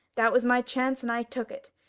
that was my chance, and i took it.